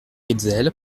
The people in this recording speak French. hetzel